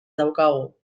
daukagu